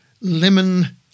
lemon